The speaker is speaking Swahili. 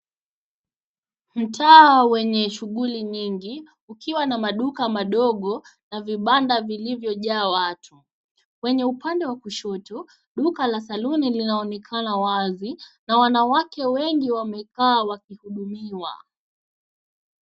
Mtaa wenye shughuli nyingi, ukiwa na maduka madogo na vibanda vilivyojaa watu. Kwenye upande wa kushoto, duka la saluni linaonekana wazi na wanawake wengi wameketi wakihudumiwa.